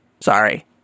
Sorry